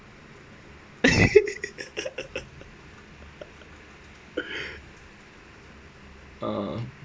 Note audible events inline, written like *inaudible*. *laughs* uh